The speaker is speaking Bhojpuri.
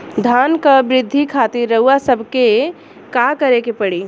धान क वृद्धि खातिर रउआ सबके का करे के पड़ी?